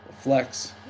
flex